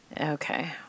Okay